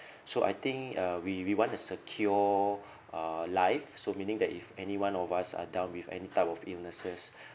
so I think uh we we want to secure uh life so meaning that if anyone of us are down with any type of illnesses